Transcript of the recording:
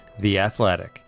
theathletic